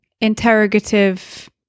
interrogative